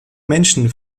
menschen